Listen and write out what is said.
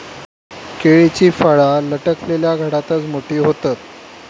केळीची फळा लटकलल्या घडातच मोठी होतत